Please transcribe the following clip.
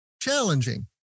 challenging